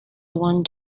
one